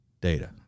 Data